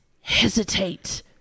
hesitate